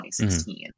2016